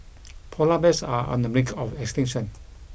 polar bears are on the brink of extinction